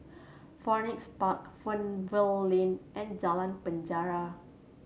Phoenix Park Fernvale Lane and Jalan Penjara